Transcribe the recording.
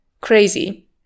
crazy